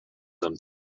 them